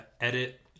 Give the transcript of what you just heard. edit